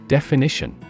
Definition